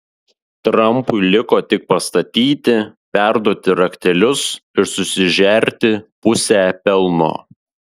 trampui liko tik pastatyti perduoti raktelius ir susižerti pusę pelno